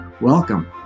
Welcome